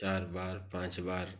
चार बार पाँच बार